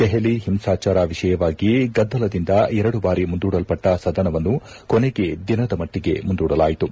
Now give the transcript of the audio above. ದೆಹಲಿ ಹಿಂಸಾಚಾರ ವಿಷಯವಾಗಿ ಗದ್ದಲದಿಂದ ಎರಡು ಬಾರಿ ಮುಂದೂಡಲ್ಪಟ್ಟ ಸದನವನ್ನು ಕೊನೆಗೆ ದಿನದ ಮಟ್ಟಗೆ ಮುಂದೂಡಲಾಯಿತು